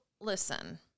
listen